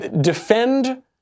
defend